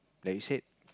like you said